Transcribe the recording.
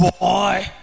boy